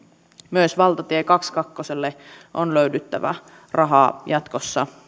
myös valtatie kahdellekymmenellekahdelle on löydyttävä rahaa jatkossa